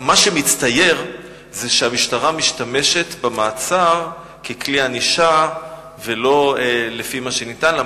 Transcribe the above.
מה שמצטייר זה שהמשטרה משתמשת במעצר ככלי ענישה ולא לפי מה שניתן לה,